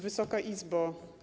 Wysoka Izbo!